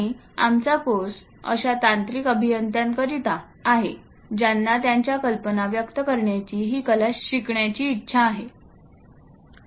आणि आमचा कोर्स अशा तांत्रिक अभियंत्यांकरिता आहे ज्यांना त्यांच्या कल्पना व्यक्त करण्याची ही कला शिकण्याची इच्छा आहे